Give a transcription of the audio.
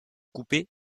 coupé